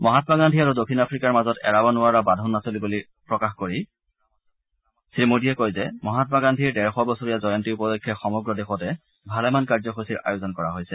মাহাম্মা গান্ধী আৰু দক্ষিণ আফ্ৰিকাৰ মাজত এৰাব নোৱাৰা বান্ধোন আছিল বুলি প্ৰকাশ কৰি শ্ৰীমোদীয়ে কয় যে মহাম্মা গান্ধীৰ ডেৰশ বছৰীয়া জয়ন্তী উপলক্ষে সমগ্ৰ দেশতে ভালেমান কাৰ্যসূচীৰ আয়োজন কৰা হৈছে